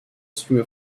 stream